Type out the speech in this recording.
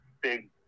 big